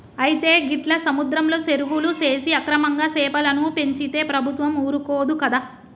అయితే గీట్ల సముద్రంలో సెరువులు సేసి అక్రమంగా సెపలను పెంచితే ప్రభుత్వం ఊరుకోదు కదా